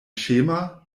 schema